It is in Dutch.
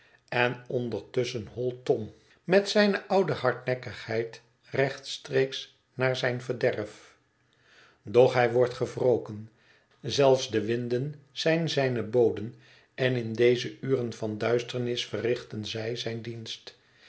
en ondertusschen holt tom met het verlaten huis zijne oude hardnekkigheid rechtstreeks naar zijn verderf doch hij wordt gewroken zelfs de winden zijn zijne boden en in deze uren van duisternis verrichten zij zijn dienst